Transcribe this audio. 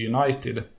United